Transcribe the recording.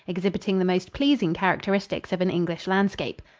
exhibiting the most pleasing characteristics of an english landscape.